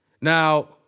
Now